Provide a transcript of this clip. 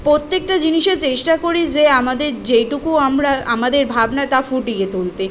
প্রত্যেকটা জিনিসের চেষ্টা করি যে আমাদের যেইটুকু আমরা আমাদের ভাবনা তা ফুটিয়ে তুলতে